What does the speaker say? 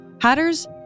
Hatters